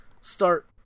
start